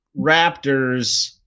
Raptors